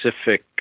specific